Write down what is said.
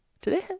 today